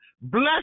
Bless